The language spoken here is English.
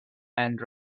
and